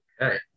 Okay